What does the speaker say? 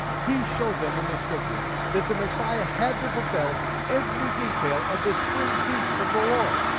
he showed them in the scriptures that the messiah had to fulfill every detail of the spring feast of the lord.